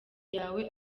yawe